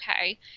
okay